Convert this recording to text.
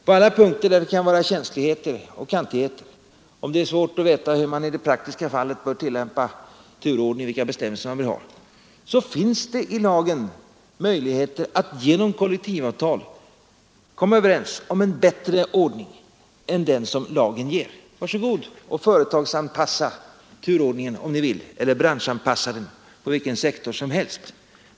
På alla punkter där det kan uppstå känsligheter och kantigheter — t.ex. om det är svårt att veta hur man i det praktiska fallet bör tillämpa turordningen enligt lagen eller vilka bestämmelser man vill ha — finns det enligt lagen möjlighet att genom kollektivavtal komma överens om en bättre ordning än den som lagen anger. Var så god och företagsanpassa eller branschanpassa turordningen på vilken sektor som helst, om ni vill!